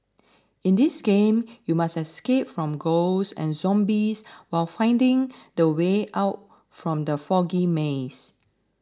in this game you must escape from ghosts and zombies while finding the way out from the foggy maze